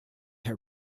her